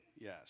Yes